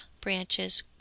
branches